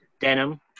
denim